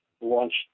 launched